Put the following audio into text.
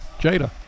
Jada